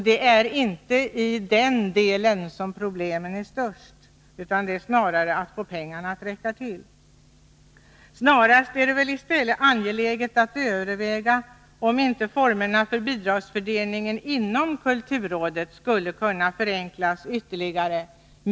Det är inte heller på detta område som problemen är störst. Det stora problemet är snarare att få pengarna att räcka till. I stället för att sprida ansvaret är det mer angeläget att överväga om inte formerna för bidragsfördelningen inom kulturrådet skulle kunna förenklas ytterligare.